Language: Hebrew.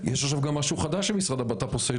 יש עכשיו גם משהו חדש שמשרד הבט"פ עושה,